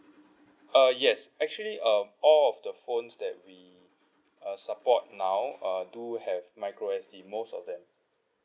uh yes actually uh all of the phones that we uh support now uh do have micro S_D most of them